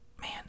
man